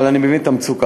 אבל אני מבין את המצוקה.